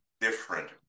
different